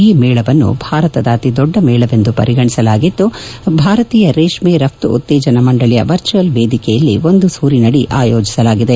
ಈ ಮೇಳವನ್ನು ಭಾರತದ ಅತಿ ದೊಡ್ಡ ಮೇಳವೆಂದು ಪರಿಗಣಿಸಲಾಗಿದ್ದು ಭಾರತೀಯ ರೇಷ್ಮೆ ರಫ್ತು ಉತ್ತೇಜನ ಮಂಡಳಿಯ ವರ್ಚುಯಲ್ ವೇದಿಕೆಯಲ್ಲಿ ಒಂದು ಸೂರಿನದಿ ಆಯೋಜಿಸಲಾಗಿದೆ